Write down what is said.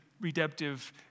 Redemptive